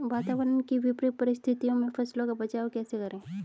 वातावरण की विपरीत परिस्थितियों में फसलों का बचाव कैसे करें?